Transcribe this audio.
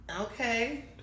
Okay